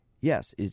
Yes